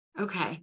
Okay